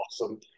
awesome